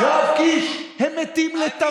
4,783 מתים.